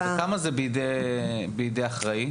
כמה זה בידי אחראי?